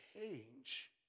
change